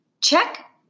Check